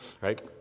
right